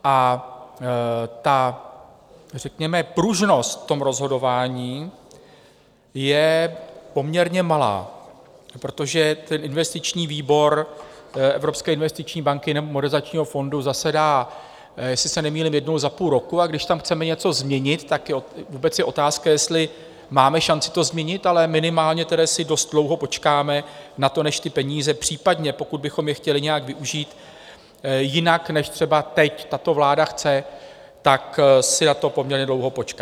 A řekněme pružnost v tom rozhodování je poměrně malá, protože investiční výbor Evropské investiční banky nebo Modernizačního fondu zasedá, jestli se nemýlím, jednou za půl roku, a když tam chceme něco změnit, tak je vůbec otázka, jestli máme šanci to změnit, ale minimálně tedy si dost dlouho počkáme na to, než ty peníze případně, pokud bychom je chtěli nějak využít jinak, než třeba teď tato vláda chce, tak si na to poměrně dlouho počká.